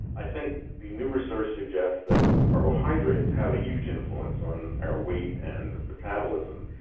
i think the new research suggests that carbohydrates have a huge influence on our weight and metabolism.